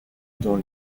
dans